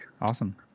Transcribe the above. Awesome